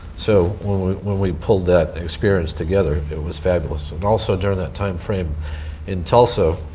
so when we when we pulled that experience together, it was fabulous. and also during that time frame in tulsa,